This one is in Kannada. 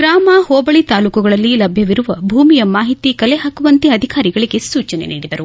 ಗ್ರಾಮ ಹೋಬಳಿ ತಾಲೂಕುಗಳಲ್ಲಿ ಲಭ್ಯವಿರುವ ಭೂಮಿಯ ಮಾಹಿತಿ ಕಲೆ ಹಾಕುವಂತೆ ಅಧಿಕಾರಿಗಳಿಗೆ ಸೂಚನೆ ನೀಡಿದರು